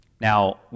Now